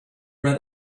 read